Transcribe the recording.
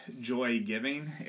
joy-giving